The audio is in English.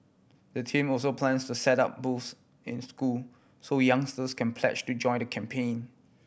the team also plans to set up booths in schools so youngsters can pledge to join the campaign